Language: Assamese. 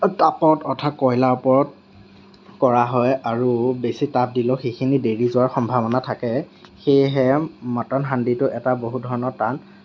তাপত অৰ্থাৎ কয়লাৰ ওপৰত কৰা হয় আৰু বেছি তাপ দিলেও সেইখিনি দেই যোৱাৰ সম্ভাৱনা থাকে সেয়েহে মটন হাণ্ডিটো এটা বহু ধৰণৰ টান